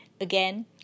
again